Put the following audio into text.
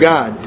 God